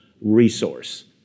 resource